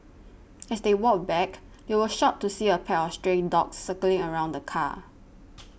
as they walked back they were shocked to see a pack of stray dogs circling around the car